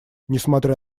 несмотря